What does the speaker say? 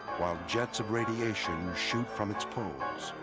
while jets of radiation shoot from its poles.